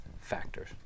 factors